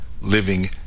living